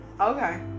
Okay